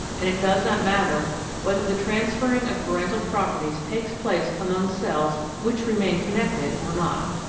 and it does not matter whether the transferring of parental properties takes place among cells which remain connected or not.